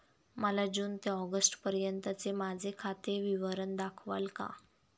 मला जून ते ऑगस्टपर्यंतचे माझे खाते विवरण दाखवाल का?